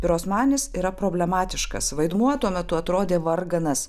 pirosmanis yra problematiškas vaidmuo tuo metu atrodė varganas